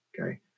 Okay